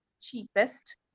cheapest